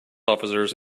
officers